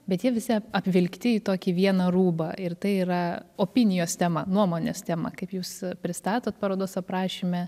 bet jie visi apvilkti į tokį vieną rūbą ir tai yra opinijos tema nuomonės tema kaip jūs pristatot parodos aprašyme